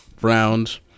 round